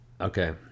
Okay